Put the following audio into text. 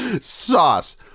sauce